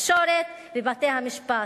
התקשורת ובתי-המשפט.